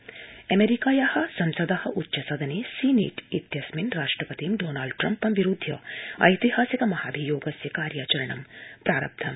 Donald Trump अमेरिकाया संसद उच्च सदने सीनेट इत्यस्मिन् राष्ट्रपतिं डोनाल्ड ट्रम्पं विरूदध्य ऐतिहासिक महाभियोगस्य कार्याचरणं प्रारब्धम्